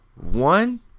one